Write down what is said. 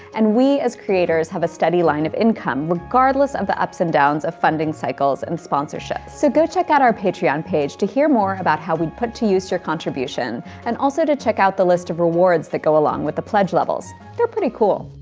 and we as creators have a steady line of income regardless of the ups and downs of funding cycles and sponsorship. so go check out our patreon page to hear more about how we put to use your contribution and also to check out the list of rewards that go along with the pledge levels. they're pretty cool.